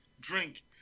drink